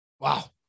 wow